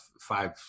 five